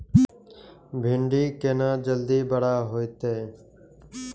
भिंडी केना जल्दी बड़ा होते?